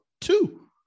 two